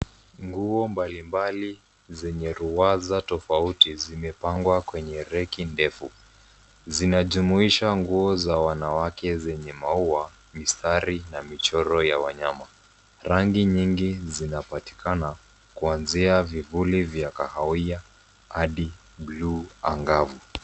Nguo mbalimbali zenye ruwaza tofauti zimepangwa kwenye reki ndefu, zinajumuisha nguo za wanawake zenye maua ,mistari na michoro ya wanyama ,rangi nyingi zinapatikana kuanzia vivuli vya kahawia hadi buluu angavu.